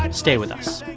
stay with us